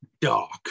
dark